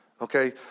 okay